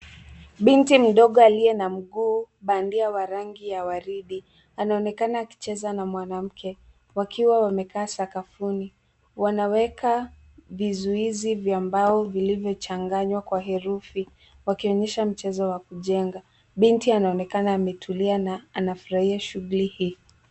Binti mdogo aliye na mguu bandia wa rangi ya waridi anaonekana akicheza na mwanamke wakiwa Wamekaa sakafuni. Wanaweza vizuizi vya mbao vilivyo changanywa kwa herufi wakionyesha mchezo wa kujenga. Binti anaonekana ametulia na anafurahia shughuli hiyo.